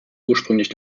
ursprünglich